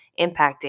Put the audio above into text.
impacting